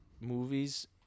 Movies